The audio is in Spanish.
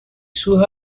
sus